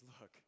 Look